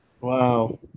Wow